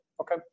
Okay